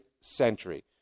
century